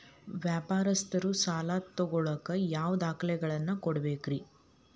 ವ್ಯಾಪಾರಸ್ಥರು ಸಾಲ ತಗೋಳಾಕ್ ಯಾವ ದಾಖಲೆಗಳನ್ನ ಕೊಡಬೇಕ್ರಿ?